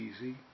easy